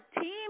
team